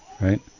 Right